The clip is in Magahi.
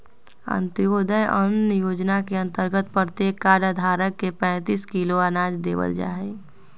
अंत्योदय अन्न योजना के अंतर्गत प्रत्येक कार्ड धारक के पैंतीस किलो अनाज देवल जाहई